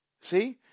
See